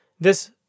This